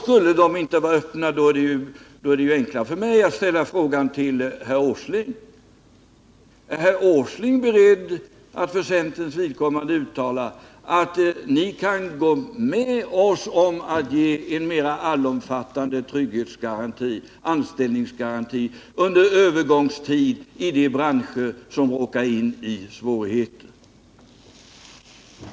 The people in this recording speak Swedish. Skulle de inte vara öppna, är det enklare för mig att ställa följande fråga till herr Åsling: Är herr Åsling beredd att för centerpartiets vidkommande uttala att ni kan gå med oss och under en övergångstid ge en mer allomfattande anställningsgaranti i de branscher som råkar in i svårigheter?